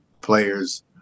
players